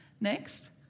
Next